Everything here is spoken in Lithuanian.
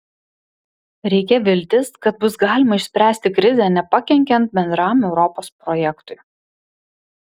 reikia viltis kad bus galima išspręsti krizę nepakenkiant bendram europos projektui